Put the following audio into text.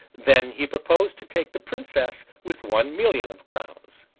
then, he proposed to take the princess with one million of crowns.